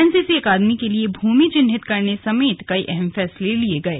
NCC academy के लिए भूमि चिंहित करने समेत कई अहम फैसले लिये गये